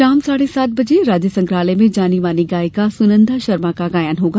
शाम साढ़े सात बजे राज्य संग्रहालय में जानी मानी गायिका सुनंदा शर्मा का गायन होगा